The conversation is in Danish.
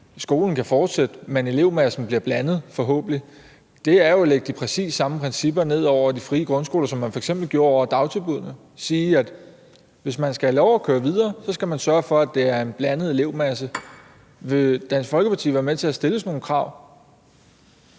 skolen kan fortsætte, men elevmassen forhåbentlig bliver blandet, er jo at lægge præcis de samme principper ned over de frie grundskoler, som man f.eks. gjorde over dagtilbuddene, sådan at der bliver sagt, at hvis man skal have lov at køre videre, skal man sørge for at have en blandet elevmasse. Vil Dansk Folkeparti være med til at stille sådan nogle krav?